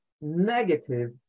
negative